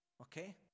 Okay